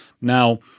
Now